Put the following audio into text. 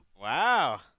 Wow